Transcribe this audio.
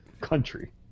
country